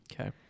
Okay